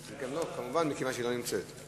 מכיוון שהיא לא נמצאת.